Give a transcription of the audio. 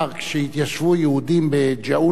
כשהתיישבו יהודים בג'עוני,